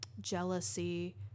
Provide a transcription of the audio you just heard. jealousy